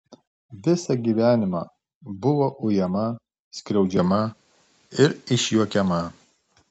visą gyvenimą buvo ujama skriaudžiama ir išjuokiama